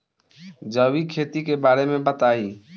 जैविक खेती के बारे में बताइ